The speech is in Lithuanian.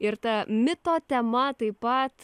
ir ta mito tema taip pat